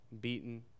beaten